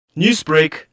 Newsbreak